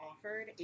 offered